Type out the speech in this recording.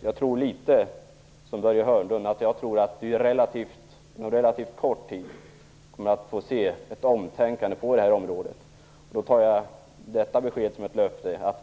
Jag tror ungefär som Börje Hörnlund att det är relativt kort tid till dess att vi får se att man har tänkt om på detta område. Jag tar detta besked som ett löfte.